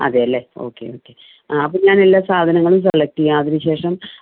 അതെ അല്ലെ okay okay അപ്പോൾ ഞാനെല്ലാ സാധനങ്ങളും സെലെക്ട് ചെയ്യാം അതിന് ശേഷം